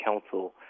council